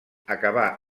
acabar